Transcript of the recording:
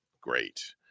Great